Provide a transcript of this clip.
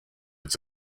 its